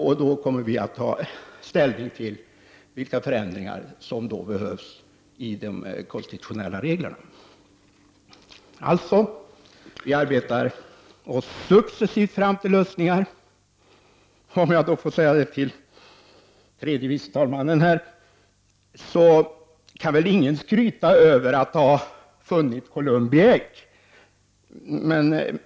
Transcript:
Sedan kommer vi att ta ställning till vilka förändringar som behöver göras beträffande de konstitutionella reglerna. Alltså: Vi arbetar oss successivt fram till lösningar. Om jag får vända mig till tredje vice talmannen vill jag säga att ingen väl kan skryta över att ha funnit Columbi ägg.